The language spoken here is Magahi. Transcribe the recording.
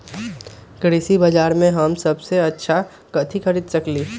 कृषि बाजर में हम सबसे अच्छा कथि खरीद सकींले?